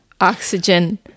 oxygen